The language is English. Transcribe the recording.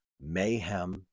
mayhem